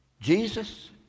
Jesus